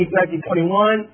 1921